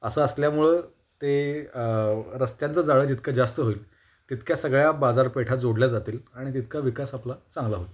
असं असल्यामुळं ते रस्त्यांचं जाळं जितकं जास्त होईल तितक्या सगळ्या बाजारपेठा जोडल्या जातील आणि तितका विकास आपला चांगला होईल